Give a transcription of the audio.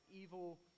evil